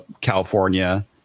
California